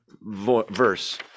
verse